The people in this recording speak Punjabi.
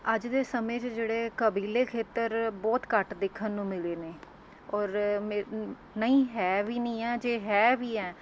ਅੱਜ ਦੇ ਸਮੇਂ 'ਚ ਜਿਹੜੇ ਕਬੀਲੇ ਖੇਤਰ ਬਹੁਤ ਘੱਟ ਦੇਖਣ ਨੂੰ ਮਿਲੇ ਨੇ ਔਰ ਮੇ ਨਹੀਂ ਹੈ ਵੀ ਨਹੀਂ ਹੈ ਜੇ ਹੈ ਵੀ ਹੈ